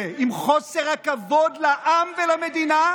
עם חוסר הכבוד לעם ולמדינה,